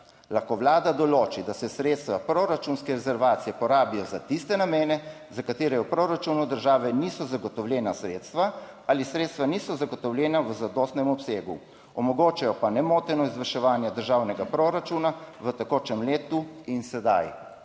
lahko Vlada določi, da se sredstva proračunske rezervacije porabijo za tiste namene, za katere v proračunu države niso zagotovljena sredstva, ali sredstva niso zagotovljena v zadostnem obsegu, omogočajo pa nemoteno izvrševanje državnega proračuna v tekočem letu. In sedaj